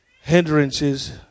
Hindrances